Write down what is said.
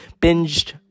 Binged